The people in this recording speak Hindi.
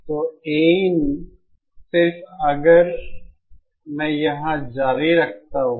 तो Ain सिर्फ अगर मैं यहां जारी रखता हूं